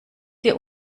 dir